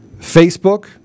Facebook